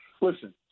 listen